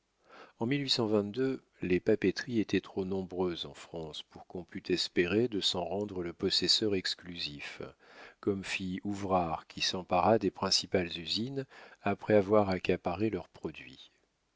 en les papeteries étaient trop nombreuses en france pour qu'on pût espérer de s'en rendre le possesseur exclusif comme fit ouvrard qui s'empara des principales usines après avoir accaparé leurs produits